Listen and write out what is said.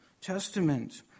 Testament